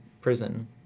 prison